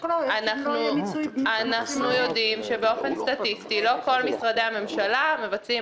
כל --- אנחנו יודעים שבאופן סטטיסטי לא כל משרדי הממשלה מבצעים